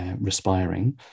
respiring